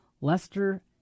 Lester